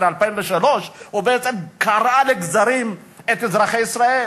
של 2003. הוא בעצם קרע לגזרים את אזרחי ישראל.